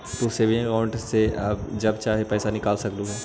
तू saving account से जब चाहो पैसे निकलवा सकलू हे